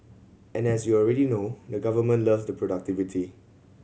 and as you already know the government loves the productivity